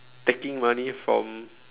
taking money from